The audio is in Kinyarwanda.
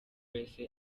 yahise